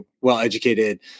well-educated